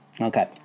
Okay